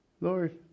Lord